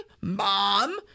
mom